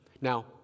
Now